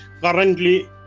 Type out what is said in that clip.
currently